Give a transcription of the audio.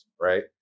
right